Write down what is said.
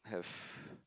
have